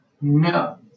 No